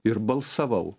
ir balsavau